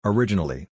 Originally